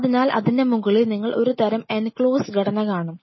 അതിനാൽ അതിന്റെ മുകളിൽ നിങ്ങൾ ഒരു തരം എൻക്ലോസ് ഘടന കാണും